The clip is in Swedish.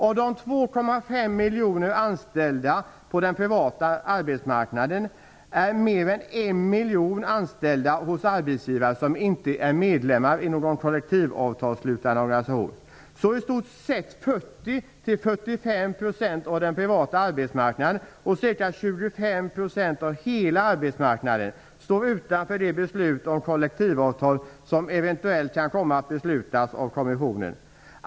Av de 2,5 miljoner anställda på den privata arbetsmarknaden är mer än 1 miljon anställda hos arbetsgivare som inte är medlemmar i någon kollektivavtalsslutande organisation. I stort sett 40 45 % av den privata arbetsmarknaden och ca 25 % av hela arbetsmarknaden står utanför det beslut om kollektivavtal som eventuellt kan komma att beslutas av kommissionen.